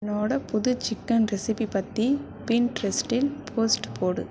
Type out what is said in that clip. என்னோட புது chicken recipe பற்றி பின்ட்ரெஸ்ட்டில் போஸ்ட் போடு